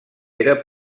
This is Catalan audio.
era